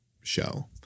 show